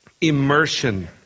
immersion